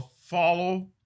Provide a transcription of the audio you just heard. follow